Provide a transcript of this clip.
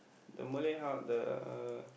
the Malay hou~ the uh